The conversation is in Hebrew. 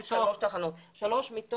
מיליונים.